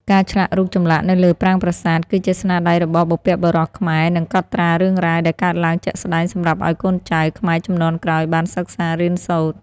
ការឆ្លាក់រូបចម្លាក់នៅលើប្រាង្គប្រាសាទគឺជាស្នាដៃរបស់បុព្វបុរសខ្មែរនិងកត់ត្រារឿងរ៉ាវដែលកើតឡើងជាក់ស្តែងសម្រាប់ឲ្យកូនចៅខ្មែរជំនាន់ក្រោយបានសិក្សារៀនសូត្រ។